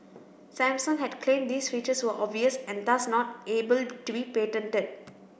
Samsung had claimed these features were obvious and thus not able to be patented